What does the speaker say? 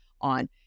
on